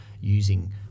using